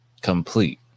complete